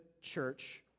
church